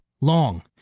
long